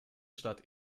stadt